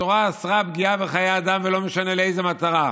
התורה אסרה פגיעה בחיי אדם, ולא משנה לאיזו מטרה.